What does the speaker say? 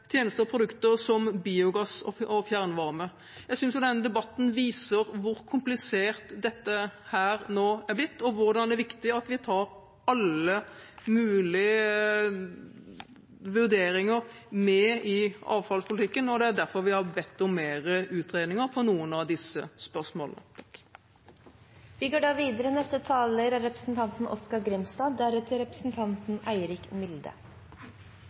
tjenester og produkter, som biogass og fjernvarme. Jeg synes denne debatten viser hvor komplisert dette nå er blitt, og at det er viktig at vi tar alle mulige vurderinger med i avfallspolitikken. Derfor har vi bedt om mer utredning av noen av disse spørsmålene.